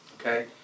okay